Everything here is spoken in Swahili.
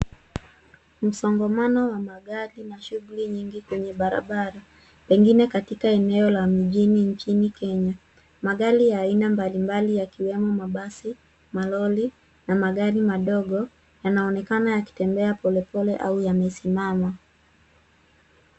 Msongamano wa magari na shughuli nyingi kwenye barabara, pengine katika eneo la mjini nchini Kenya. Magari ya aina mbalimbali yakiwemo mabasi, malori, na magari madogo, yanaonekana yakitembea polepole au yamesimama.